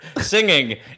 singing